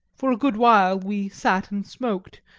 for a good while we sat and smoked,